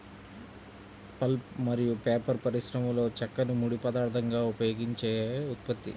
pulp మరియు paper పరిశ్రమలోచెక్కను ముడి పదార్థంగా ఉపయోగించే ఉత్పత్తి